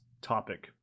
topic